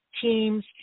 teams